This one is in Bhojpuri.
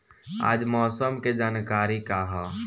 आज मौसम के जानकारी का ह?